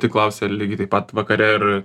tik klausia ar lygiai taip pat vakare ar